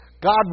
God